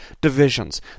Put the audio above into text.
divisions